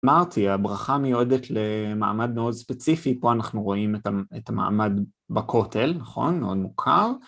אמרתי, הברכה מיועדת למעמד מאוד ספציפי, פה אנחנו רואים את המעמד בכותל, נכון? מאוד מוכר.